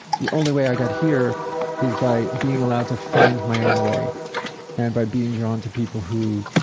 the only way i got here is by being allowed to find my own way and by being drawn to people who